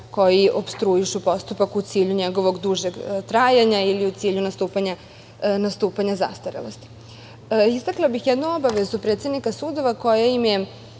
koji opstruišu postupak u cilju njegovog dužeg trajanja, ili u cilju nastupanja zastarelosti. Istakla bih jednu obavezu predsednika sudova koja im je,